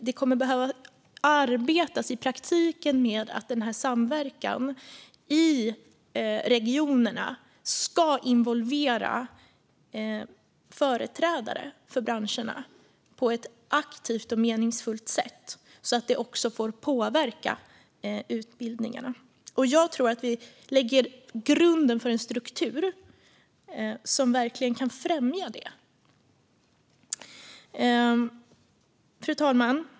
Det kommer att behöva arbetas i praktiken med att samverkan i regionerna ska involvera företrädare för branscherna på ett aktivt och meningsfullt sätt så att det också får påverka utbildningarna. Jag tror att vi nu lägger grunden till en struktur som verkligen kan främja det. Fru talman!